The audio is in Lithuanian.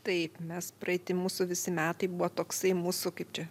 taip mes praeiti mūsų visi metai buvo toksai mūsų kaip čia